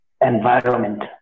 environment